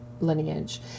lineage